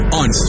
on